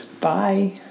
Bye